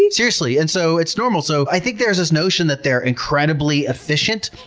and seriously. and so it's normal. so i think there's this notion that they're incredibly efficient,